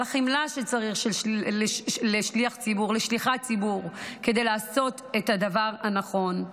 על החמלה שצריכה שליחת ציבור כדי לעשות את הדבר הנכון.